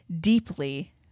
deeply